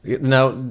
Now